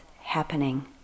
happening